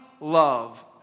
love